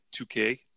2K